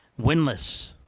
winless